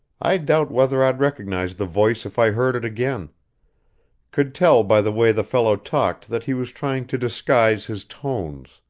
i doubt whether i'd recognize the voice if i heard it again could tell by the way the fellow talked that he was trying to disguise his tones.